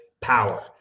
power